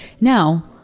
Now